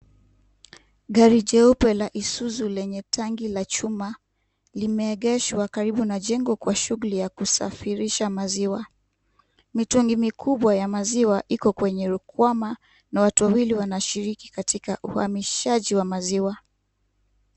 Gari la jeupe la isuzu lenye tankinla chuma limeegeshwa karibu na jengo kwa ajili ya kusafirisha maziwa na watu wawili wanashiriki katika uhamishaji wa maziwa.